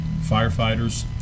firefighters